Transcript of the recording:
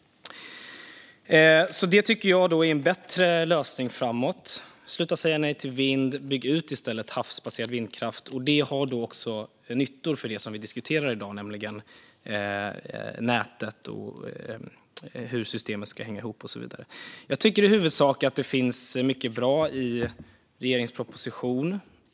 Jag tycker att det här är en bättre lösning att ha framöver. Sluta säga nej till vind och bygg i stället ut havsbaserad vindkraft! Det har också nytta för det vi diskuterar i dag, det vill säga nätet, hur systemet ska hänga ihop och så vidare. Jag tycker att det i huvudsak finns många bra saker i regeringens proposition.